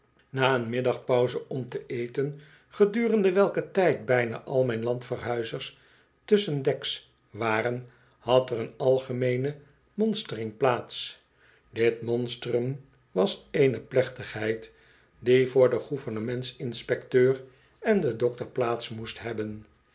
na een middagpauze om te eten gedurende welken tijd bijna al mijn landverhuizers tusschendeks waren had er een algemeene monstering plaats dit monsteren was eene plechtigheid die voor den g ouvernements inspecteur en den dokter plaats moest hebben